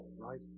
right